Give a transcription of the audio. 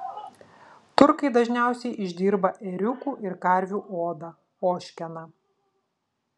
turkai dažniausiai išdirba ėriukų ir karvių odą ožkeną